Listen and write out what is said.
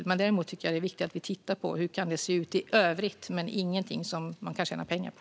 Jag tycker däremot att det är viktigt att titta på hur det kan se ut i övrigt, men det ska inte vara något som man kan tjäna pengar på.